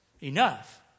Enough